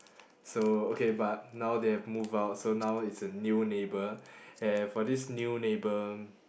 so okay but now they have moved out so now it's a new neighbour and for this new neighbour